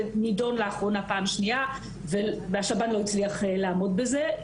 זה נדון לאחרונה פעם שנייה והשב"ן לא הצליח לעמוד בזה.